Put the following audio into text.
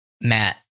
Matt